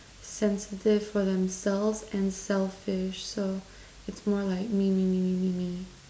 sensitive for themselves and selfish so it's more like me me me me me me